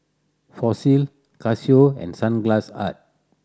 Fossil Casio and Sunglass Hut